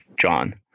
John